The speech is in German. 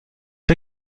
der